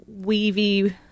weavy